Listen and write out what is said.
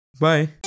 Bye